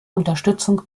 unterstützung